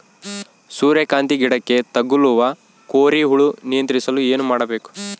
ಸೂರ್ಯಕಾಂತಿ ಗಿಡಕ್ಕೆ ತಗುಲುವ ಕೋರಿ ಹುಳು ನಿಯಂತ್ರಿಸಲು ಏನು ಮಾಡಬೇಕು?